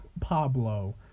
Pablo